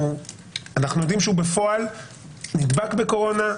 ואנחנו יודעים שבפועל הוא נדבק בקורונה,